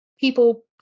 people